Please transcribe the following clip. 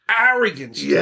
arrogance